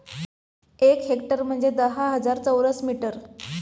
एक हेक्टर म्हणजे दहा हजार चौरस मीटर